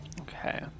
Okay